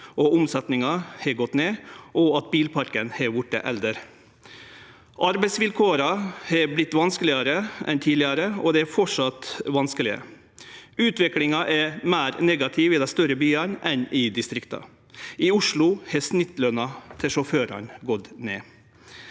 at omsetjinga har gått ned og at bilparken har vorte eldre. Arbeidsvilkåra har vorte vanskelegare enn tidlegare, og dei er framleis vanskelege. Utviklinga er meir negativ i dei større byane enn i distrikta. I Oslo har snittløna til sjåførane gått ned.